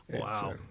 wow